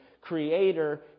creator